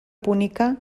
púnica